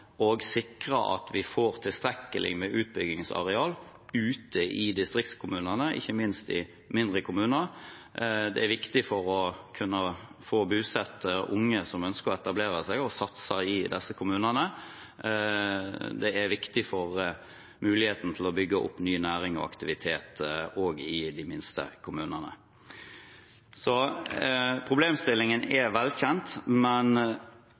sikre at vi får tilstrekkelig med utbyggingsareal ute i distriktskommunene, ikke minst i mindre kommuner. Det er viktig for å kunne få bosatt unge som ønsker å etablere seg og satse i disse kommunene. Det er viktig for muligheten til å bygge opp ny næring og aktivitet også i de minste kommunene. Problemstillingen er velkjent, men